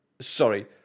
Sorry